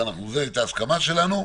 זאת הייתה ההסכמה שלנו.